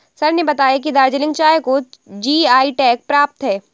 sir ने बताया कि दार्जिलिंग चाय को जी.आई टैग प्राप्त है